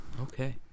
Okay